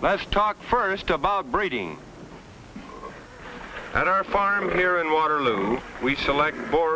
that's talk first about breeding that our farm here in waterloo we select bo